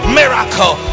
miracle